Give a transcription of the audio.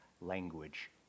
language